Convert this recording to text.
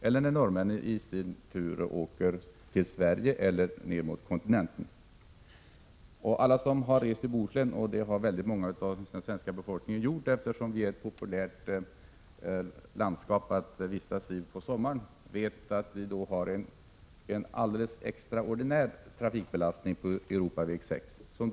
Vägen trafikeras också av norrmän som reser till Sverige eller till kontinenten. Alla som rest i Bohuslän — och det har stora delar av den svenska befolkningen gjort, eftersom Bohuslän är ett landskap som det är populärt att vistas i under sommaren — vet att vi sommartid har en extraordinär kraftig trafikbelastning på Europaväg 6.